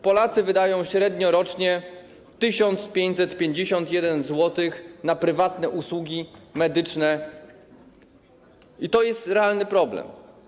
Polacy wydają rocznie średnio 1551 zł na prywatne usługi medyczne i to jest realny problem.